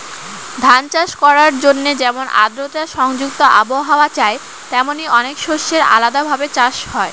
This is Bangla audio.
ধান চাষ করার জন্যে যেমন আদ্রতা সংযুক্ত আবহাওয়া চাই, তেমনি অনেক শস্যের আলাদা ভাবে চাষ হয়